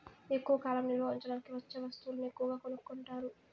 ఎక్కువ కాలం నిల్వ ఉంచడానికి వచ్చే వస్తువులను ఎక్కువగా కొనుక్కుంటారు